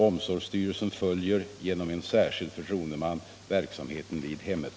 Omsorgsstyrelsen följer genom en särskild förtroendeman verksamheten vid hemmet.